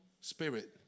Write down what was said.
spirit